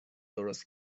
درست